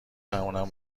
اونم